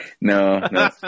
No